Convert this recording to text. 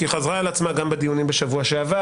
כי היא חזרה על עצמה בדיונים בשבוע שעבר